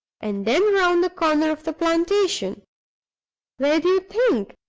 and then round the corner of the plantation where do you think?